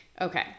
Okay